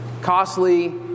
costly